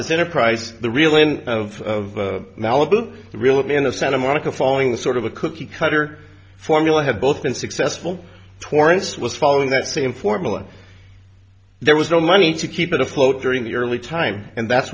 this enterprise the really end of malibu reel in the santa monica following the sort of a cookie cutter formula had both been successful torrence was following the same formula there was no money to keep it afloat during the early time and that's